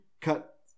cut